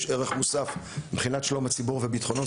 ערך מוסף מבחינת שלום הציבור וביטחונו,